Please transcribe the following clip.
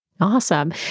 Awesome